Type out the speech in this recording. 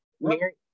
Mary